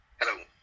Hello